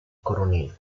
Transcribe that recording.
coronel